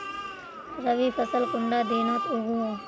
रवि फसल कुंडा दिनोत उगैहे?